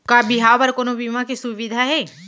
का बिहाव बर कोनो बीमा के सुविधा हे?